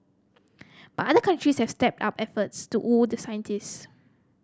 but other countries have stepped up efforts to woo the scientists